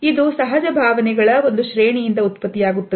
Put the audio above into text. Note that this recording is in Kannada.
ಇದು ಸಹಜ ಭಾವನೆಗಳ ಒಂದು ಶ್ರೇಣಿಯಿಂದ ಉತ್ಪತ್ತಿಯಾಗುತ್ತದೆ